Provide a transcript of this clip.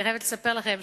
אני חייבת לספר לכם.